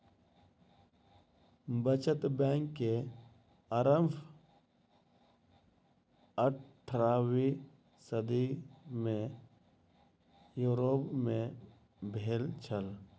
बचत बैंक के आरम्भ अट्ठारवीं सदी में यूरोप में भेल छल